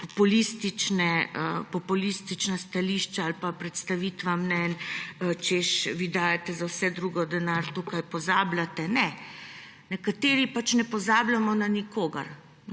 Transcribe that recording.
populistična stališča ali pa predstavitve mnenj, češ, vi dajete za vse drugo denar, tukaj pozabljate. Ne, nekateri pač ne pozabljamo na nikogar.